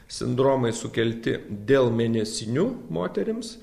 sindromai sukelti dėl mėnesinių moterims